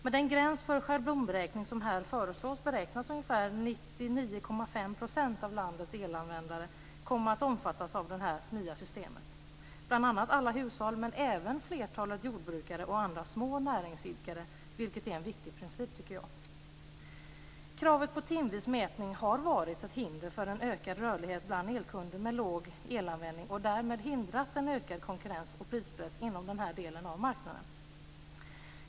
Med den gräns för schablonberäkning som här föreslås beräknas ungefär 99,5 % av landets elanvändare komma att omfattas av det nya systemet. Det gäller bl.a. alla hushåll, men även flertalet jordbrukare och andra små näringsidkare, vilket är en viktig princip tycker jag. Kravet på timvis mätning har varit ett hinder för en ökad rörlighet bland elkunder med låg elanvändning och därmed hindrat en ökad konkurrens och prispress inom denna del av marknaden.